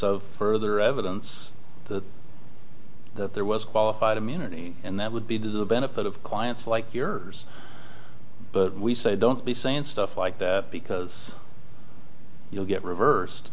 of further evidence that there was qualified immunity and that would be to the benefit of clients like yours but we say don't be saying stuff like that because you'll get reversed